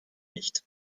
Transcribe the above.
nicht